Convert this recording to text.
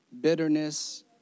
bitterness